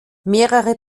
mehrere